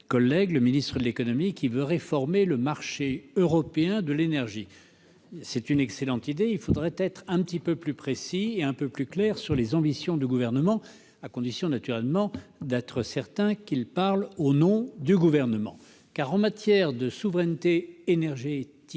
collègue ministre de l'économie, qui propose de réformer le marché européen de l'énergie. C'est une excellente idée, mais il faudrait être un petit peu plus précis et plus clair sur les ambitions du Gouvernement, à condition naturellement d'être certain que le ministre parle bien au nom de celui-ci ... En matière de souveraineté énergétique